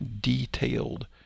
detailed